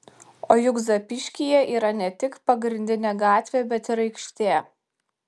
o juk zapyškyje yra ne tik pagrindinė gatvė bet ir aikštė